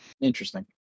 Interesting